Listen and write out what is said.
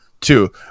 two